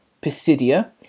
Pisidia